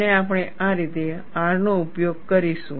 અને આપણે આ રીતે R નો ઉપયોગ કરીશું